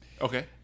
okay